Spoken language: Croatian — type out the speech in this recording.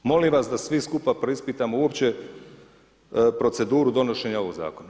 Molim vas da svi skupa preispitamo uopće proceduru donošenja ovog zakona.